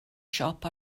siop